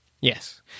Yes